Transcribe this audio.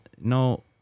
no